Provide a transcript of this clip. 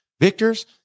Victors